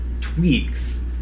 tweaks